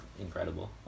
incredible